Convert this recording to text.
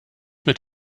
mit